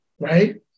Right